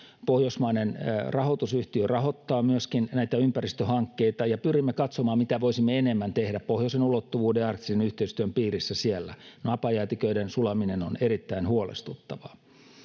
pohjoismainen rahoitusyhtiö nefco rahoittaa myöskin näitä ympäristöhankkeita ja pyrimme katsomaan mitä voisimme enemmän tehdä pohjoisen ulottuvuuden ja arktisen yhteistyön piirissä siellä napajäätiköiden sulaminen on erittäin huolestuttavaa